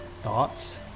Thoughts